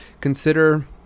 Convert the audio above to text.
consider